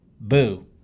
boo